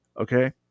okay